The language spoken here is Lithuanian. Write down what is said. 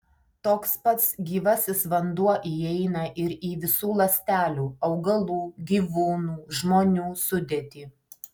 toks pats gyvasis vanduo įeina ir į visų ląstelių augalų gyvūnų žmonių sudėtį